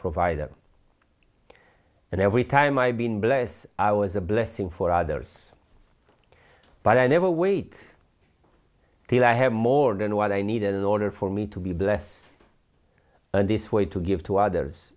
provider and every time i've been blessed i was a blessing for others but i never wait till i have more than what i needed in order for me to be blessed and this way to give to others